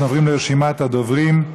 אנחנו עוברים לרשימת הדברים.